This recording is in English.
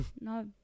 No